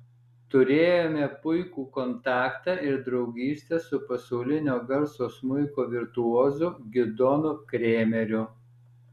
turėjome puikų kontaktą ir draugystę su pasaulinio garso smuiko virtuozu gidonu kremeriu